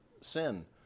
sin